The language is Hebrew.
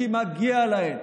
כי מגיע להן.